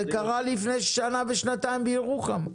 זה קרה לפני שנה ושנתיים בירוחם.